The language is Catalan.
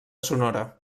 sonora